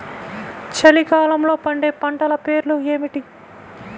చలికాలంలో పండే పంటల పేర్లు ఏమిటీ?